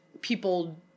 people